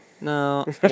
No